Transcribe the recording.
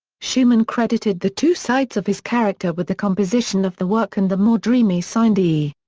schumann credited the two sides of his character with the composition of the work and the more dreamy signed e.